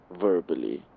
verbally